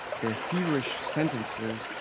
their feverish sentences,